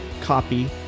copy